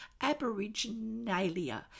Aboriginalia